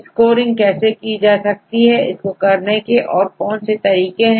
scoring कैसे की जाती है इसको करने के और कौन से तरीके हैं